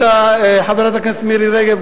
אותה חברת הכנסת מירי רגב,